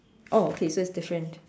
oh okay so it's different